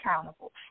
accountable